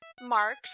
marks